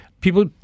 People